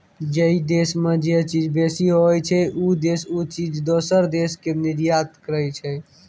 जइ देस में जे चीज बेसी होइ छइ, उ देस उ चीज दोसर देस के निर्यात करइ छइ